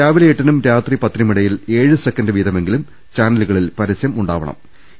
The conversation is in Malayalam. രാവിലെ എട്ടിനും രാത്രി പത്തിനുമിടയിൽ ഏഴ് സെക്കൻഡ് വീതമെങ്കിലും ചാനലുകളിൽ പരസ്യം ഉണ്ടാവ്യണം